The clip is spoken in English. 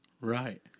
Right